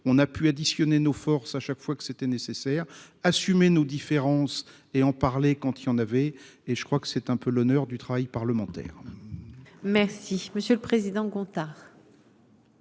on a pu additionner nos forces à chaque fois que c'était nécessaire assumer nos différences et en parler quand il en avait et je crois que c'est un peu l'honneur du travail parlementaire. Merci monsieur le président Gontard.